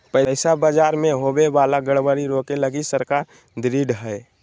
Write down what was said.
पैसा बाजार मे होवे वाला गड़बड़ी रोके लगी सरकार ढृढ़ हय